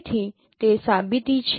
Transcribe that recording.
તેથી તે સાબિતી છે